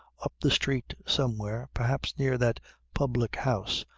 up the street somewhere, perhaps near that public-house,